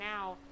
now